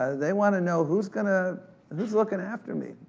they wanna know who's gonna, who's lookin' after me?